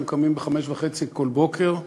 הם קמים ב-05:30 כל בוקר,